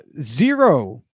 zero